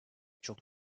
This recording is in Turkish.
çok